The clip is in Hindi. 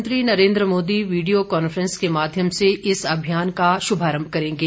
प्रधानमंत्री नरेंद्र मोदी वीडियो काफ्रेंस के माध्यम से इस अभियान की शुरूआत करेंगे